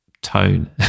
tone